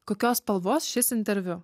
kokios spalvos šis interviu